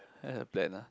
I have plan ah